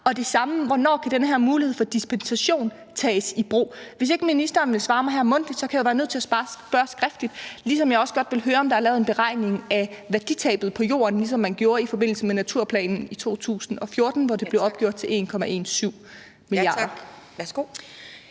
spurgt om, hvornår den her mulighed for dispensation kan tages i brug. Hvis ikke ministeren vil svare mig her mundtligt, kan jeg jo være nødt til at spørge skriftligt. Og jeg vil også godt høre, om der er lavet en beregning af værditabet på jorden, ligesom man gjorde i forbindelse med naturplanen i 2014, hvor det blev opgjort til 1,17 mia. kr.